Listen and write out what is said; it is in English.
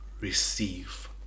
receive